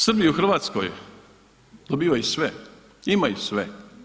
Srbi u Hrvatskoj dobivaju sve, imaju sve.